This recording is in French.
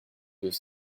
deux